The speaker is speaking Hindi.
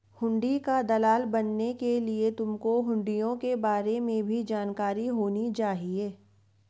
हुंडी का दलाल बनने के लिए तुमको हुँड़ियों के बारे में भी जानकारी होनी चाहिए